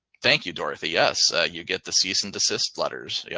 thank you, dorothy. yes. you get the cease and desist letters. yeah